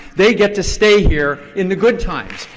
they get to stay here in the good times,